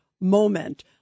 moment